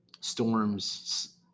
storms